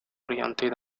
orientées